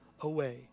away